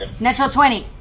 and natural twenty.